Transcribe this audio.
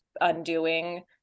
undoing